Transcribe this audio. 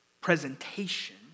presentation